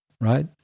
right